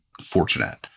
Fortunate